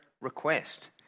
request